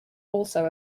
also